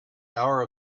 hour